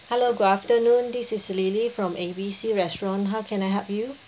hello good afternoon this is lily from A B C restaurant how can I help you